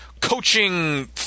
coaching